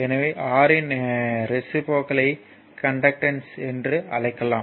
எனவேR இன் ரெஸிபிரோகலை கண்டக்டன்ஸ் என்று அழைக்கலாம்